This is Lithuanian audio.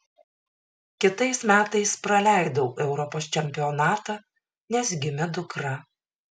kitais metais praleidau europos čempionatą nes gimė dukra